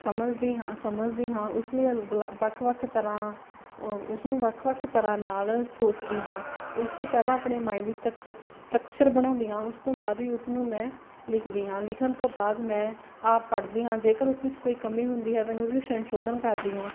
ਸਮਝਦੀ ਹਾਂ ਅ ਸਮਝਦੀ ਹਾਂ ਉਸ ਲਈ ਵਲਾ ਵੱਖ ਵੱਖ ਤਰ੍ਹਾਂ ਉ ਉਸਨੂੰ ਵੱਖ ਵੱਖ ਤਰ੍ਹਾਂ ਨਾਲ ਸੋਚਦੀ ਹਾਂ ਉਸਦੀ ਪਹਿਲਾਂ ਆਪਣੇ ਮਾਇੰਡ ਵਿੱਚ ਸਕਟਸ ਸਟਰਕਚਰ ਬਣਾਉਂਦੀ ਹਾਂ ਉਸ ਤੋਂ ਬਾਅਦ ਹੀ ਉਸਨੂੰ ਮੈਂ ਲਿਖਦੀ ਹਾਂ ਲਿਖਣ ਤੋਂ ਬਾਅਦ ਮੈਂ ਆਪ ਪੜ੍ਹਦੀ ਹਾਂ ਜੇਕਰ ਉਸ ਵਿੱਚ ਕੋਈ ਕਮੀ ਹੁੰਦੀ ਹੈ ਤਾਂ ਮੈਂ ਉਹਦੇ ਵਿੱਚ ਸੰਸ਼ੋਧਨ ਕਰਦੀ ਹਾਂ